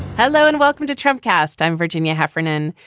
hello and welcome to trump cast. i'm virginia heffernan.